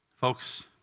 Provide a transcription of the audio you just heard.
Folks